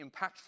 impactful